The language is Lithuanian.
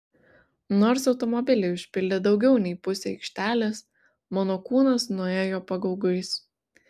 nors automobiliai užpildė daugiau nei pusę aikštelės mano kūnas nuėjo pagaugais